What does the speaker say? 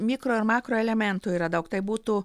mikro ir makroelementų yra daug tai būtų